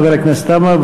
חבר הכנסת עמאר,